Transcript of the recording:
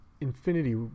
Infinity